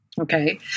Okay